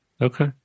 Okay